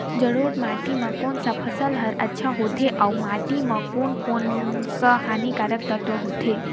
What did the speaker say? जलोढ़ माटी मां कोन सा फसल ह अच्छा होथे अउर माटी म कोन कोन स हानिकारक तत्व होथे?